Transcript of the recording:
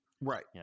right